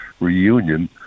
reunion